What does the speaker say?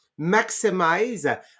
maximize